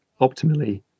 optimally